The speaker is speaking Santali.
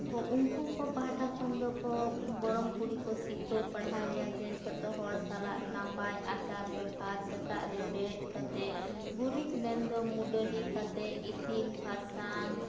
ᱩᱱᱠᱩ ᱠᱚ ᱯᱟᱦᱟᱴᱟ ᱠᱷᱚᱱ ᱫᱚ ᱜᱚᱲᱚᱢ ᱠᱩᱲᱤ ᱠᱚ ᱥᱤᱠᱷᱟᱹᱣ ᱯᱟᱲᱦᱟᱣᱮᱭᱟ ᱡᱮ ᱡᱚᱛᱚᱦᱚᱲ ᱥᱟᱞᱟᱜ ᱱᱟᱯᱟᱭ ᱟᱪᱟᱨ ᱵᱮᱵᱚᱦᱟᱨ ᱥᱮᱛᱟᱜ ᱨᱮ ᱵᱮᱨᱮᱫ ᱠᱟᱛᱮᱫ ᱜᱩᱨᱤᱡ ᱢᱮᱱᱫᱚ ᱢᱩᱰᱟᱹᱞᱤ ᱠᱟᱛᱮᱫ ᱤᱥᱤᱱ ᱵᱟᱥᱟᱝ